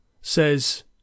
says